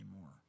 more